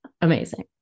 Amazing